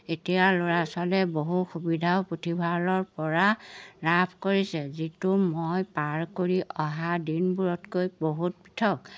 এতিয়া ল'ৰা ছোৱালীয়ে বহু সুবিধাও পুথিভঁৰালৰপৰা লাভ কৰিছে যিটো মই পাৰ কৰি অহা দিনবোৰতকৈ বহুত পৃথক